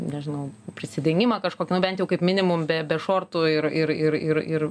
nežinau prisidengimą kažkokį nu bent jau kaip minimum be be šortų ir ir ir ir ir